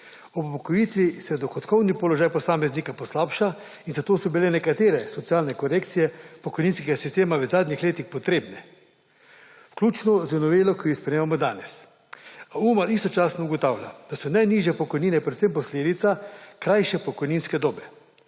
Ob upokojitvi se dohodkovni položaj posameznika poslabša in zato so bile nekatere socialne korekcije pokojninskega sistema v zadnjih letih potrebne, ključno z novelo, ki jo sprejemamo danes. UMAR istočasno ugotavlja, da so najnižje pokojnine predvsem posledica krajše pokojninske dobe.